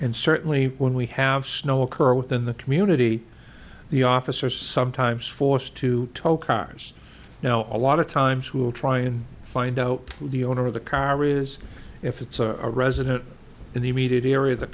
and certainly when we have snow occur within the community the officers sometimes forced to talk cars now a lot of times we will try and find though the owner of the car is if it's a resident in the immediate area